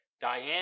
Diane